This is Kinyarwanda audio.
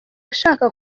ashaka